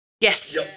Yes